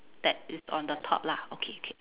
that is on the top lah okay okay